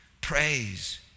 praise